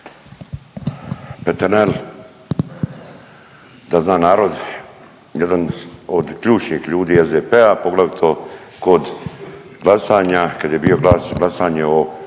Peternel, da zna narod jedan od ključnih ljudi SDP-a, poglavito kod glasanja, kad je bilo glasanje o,